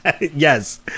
yes